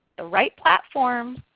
the right platform,